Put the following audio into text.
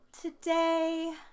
Today